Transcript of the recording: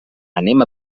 anem